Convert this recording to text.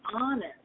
honest